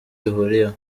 bihuriyeho